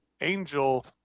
angel